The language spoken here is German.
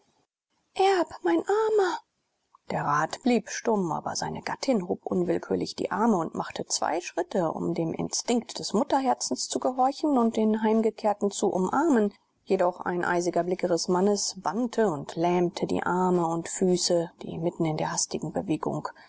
erb mein armer der rat blieb stumm aber seine gattin hob unwillkürlich die arme und machte zwei schritte um dem instinkt des mutterherzens zu gehorchen und den heimgekehrten zu umarmen jedoch ein eisiger blick ihres mannes bannte und lähmte die arme und füße die mitten in der hastigen bewegung